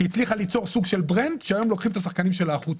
שהצליחה ליצור סוג של ברנד שהיום לוקחים את השחקנים שלה החוצה.